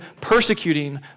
persecuting